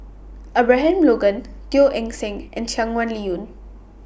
Abraham Logan Teo Eng Seng and Shangguan Liuyun